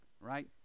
right